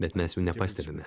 bet mes jų nepastebime